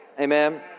Amen